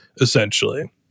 essentially